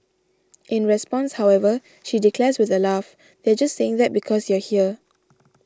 in response however she declares with a laugh they're just saying that because you're here